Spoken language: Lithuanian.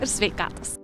ir sveikatos